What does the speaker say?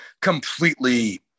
completely –